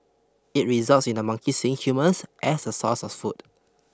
it results in the monkeys seeing humans as a sources of food